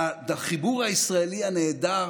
החיבור הישראלי הנהדר,